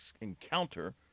encounter